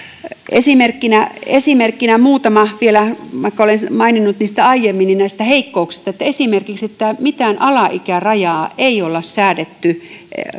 esimerkkinä esimerkkinä muutama vielä vaikka olen maininnut niistä aiemmin näistä heikkouksista esimerkiksi mitään alaikärajaa ei olla säädetty